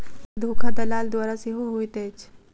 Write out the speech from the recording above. bank धोखा दलाल द्वारा सेहो होइत अछि